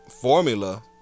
formula